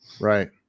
Right